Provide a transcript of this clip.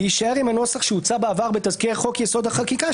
להישאר עם הנוסח שהוצע בעבר בתזכיר חוק-יסוד: החקיקה,